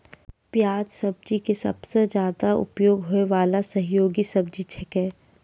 प्याज सब्जी के सबसॅ ज्यादा उपयोग होय वाला सहयोगी सब्जी छेकै